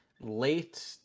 late